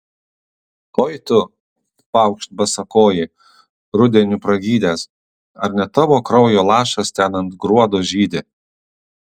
oi tu paukšt basakoji rudeniu pragydęs ar ne tavo kraujo lašas ten ant gruodo žydi